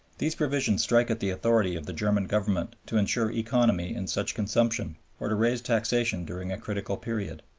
these provisions strike at the authority of the german government to ensure economy in such consumption, or to raise taxation during a critical period.